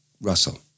Russell